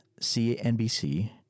CNBC